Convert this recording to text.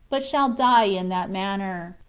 but shall die in that manner.